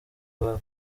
iwabo